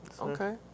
Okay